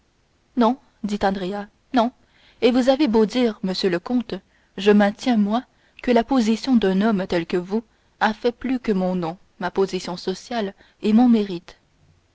non dit andrea non et vous avez beau dire monsieur le comte je maintiens moi que la position d'un homme tel que vous a plus fait que mon nom ma position sociale et mon mérite